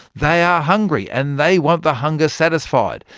they are hungry and they want the hunger satisfied.